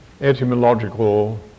etymological